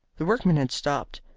the workman had stopped,